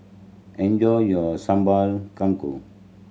enjoy your Sambal Kangkong